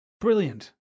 brilliant